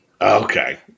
Okay